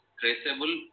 traceable